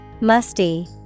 Musty